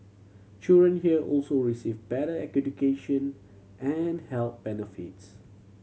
children here also receive better education and health benefits